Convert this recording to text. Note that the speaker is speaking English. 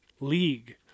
league